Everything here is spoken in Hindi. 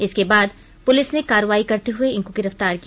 इसके बाद पुलिस ने कार्रवाई करते हुए इनको गिरफ्तार किया